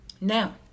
Now